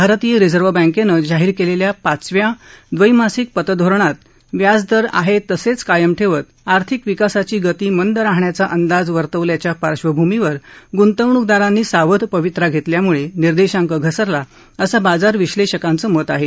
भारतीय रिझर्व बँकेनं जाहीर केलेल्या पाचव्या द्वैमासिक पतधोरणात व्याजदर आहेत तसेच कायम ठेवत आर्थिक विकासाची गती मंद राहण्याचा अंदाज वर्तवल्याच्या पार्श्वभूमीवर गुंतवणूकदारांनी सावध पवित्रा घेतल्यामुळे निर्देशांक घसरला असं बाजार विश्लेषकांच मत आहे